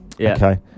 Okay